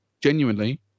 genuinely